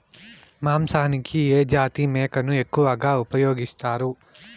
మాంసానికి ఏ జాతి మేకను ఎక్కువగా ఉపయోగిస్తారు?